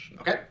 Okay